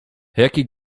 jaki